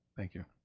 thank you.